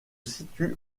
situe